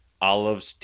olives